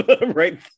right